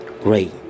Great